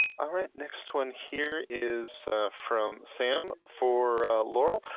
all right, next one here is from sam for laurel.